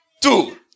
Two